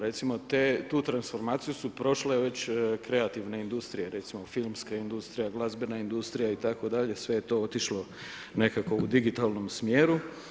Recimo tu transformaciju su prošle već kreativne industrije, recimo filmska industrija, glazbena industrija, itd. sve je to otišlo nekako u digitalnom smjeru.